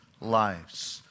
lives